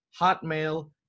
hotmail